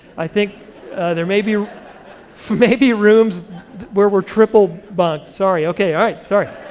i think there may be may be rooms where we're triple bunked. sorry, okay, all right sorry.